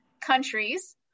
countries